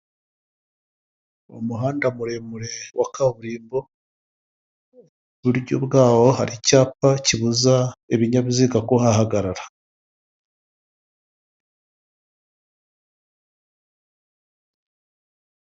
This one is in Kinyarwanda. Umuhanda muremure wa kaburimbo, iburyo bwawo hari icyapa kibuza ibinyabiziga kuhahagarara.